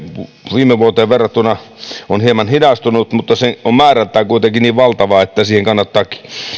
viime vuoteen verrattuna on hieman hidastunut se on määrältään kuitenkin niin valtava että siihen kannattaa